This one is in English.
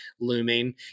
looming